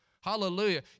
Hallelujah